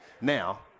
Now